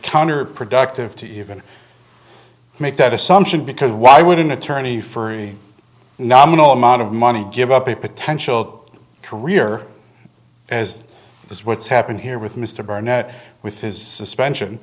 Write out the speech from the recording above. counterproductive to even make that assumption because why would an attorney for a nominal amount of money give up a potential career as it was what's happened here with mr barnett with his suspension